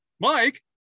Mike